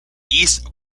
east